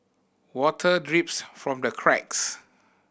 water drips from the cracks